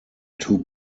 two